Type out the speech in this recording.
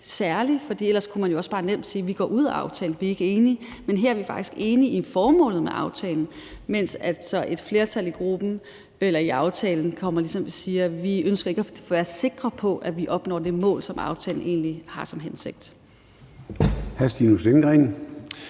særlig; ellers kunne man jo også bare nemt sige, at man gik ud af aftalen, at man ikke var enige. Men her er vi faktisk enige i formålet med aftalen, mens altså et flertal bag aftalen siger, at de ikke ønsker at være sikre på, at de opnår det mål, som aftalen egentlig har til hensigt.